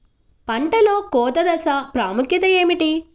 పంటలో కోత దశ ప్రాముఖ్యత ఏమిటి?